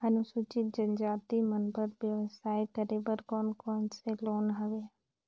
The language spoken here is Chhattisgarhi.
अनुसूचित जनजाति मन बर व्यवसाय करे बर कौन कौन से लोन हवे?